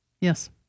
Yes